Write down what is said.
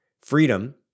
Freedom